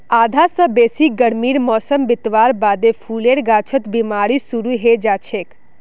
आधा स बेसी गर्मीर मौसम बितवार बादे फूलेर गाछत बिमारी शुरू हैं जाछेक